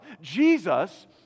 Jesus